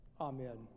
amen